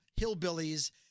hillbillies